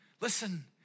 listen